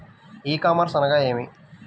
ఈ కామర్స్ అనగానేమి?